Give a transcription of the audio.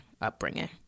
upbringing